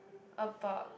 about